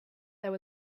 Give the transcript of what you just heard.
there